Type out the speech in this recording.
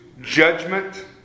judgment